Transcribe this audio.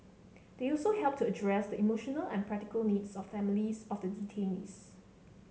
they also helped to address the emotional and practical needs of families of the detainees